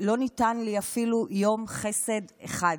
לא ניתן לי אפילו יום חסד אחד.